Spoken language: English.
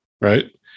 right